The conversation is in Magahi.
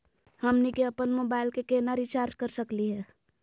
हमनी के अपन मोबाइल के केना रिचार्ज कर सकली हे?